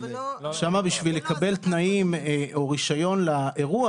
אבל לא -- שם בשביל לקבל תנאים או רישיון לאירוע,